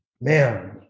man